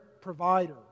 provider